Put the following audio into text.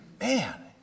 Man